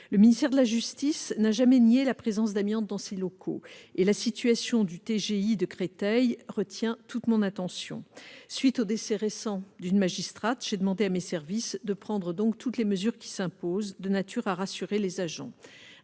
Le ministère de la justice n'a jamais nié la présence d'amiante dans ces locaux et la situation du TGI de Créteil retient toute mon attention. À la suite du décès récent d'une magistrate, j'ai demandé à mes services de prendre toutes les mesures qui s'imposent de nature à rassurer les agents.